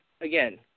again